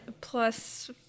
Plus